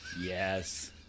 Yes